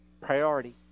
priority